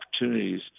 opportunities